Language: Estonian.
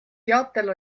teatel